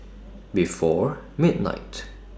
before midnight